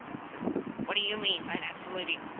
he says what do you mean by not salutin?